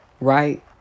right